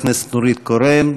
היא חברת הכנסת נורית קורן,